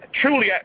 truly